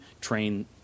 train